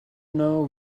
know